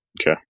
Okay